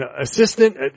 assistant